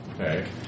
Okay